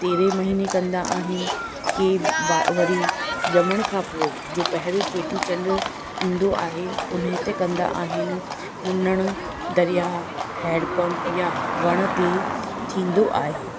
तेरहें महीने कंदा आहिनि कंहिं व वरी ॼमण खां पोइ जो पहिरियों चेटीचंडु ईंदो आहे हुन ते कंदा आहिनि मुनण दरयाह हैंड पम्प या वण ते थींदो आहे